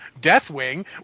Deathwing